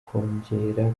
kongera